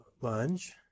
lunge